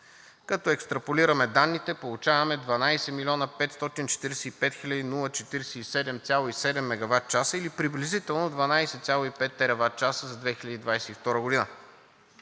Като екстраполираме данните, получаваме 12 млн. 545 хил. 047,7 мегаватчаса, или приблизително 12,5 тераватчаса за 2022 г.,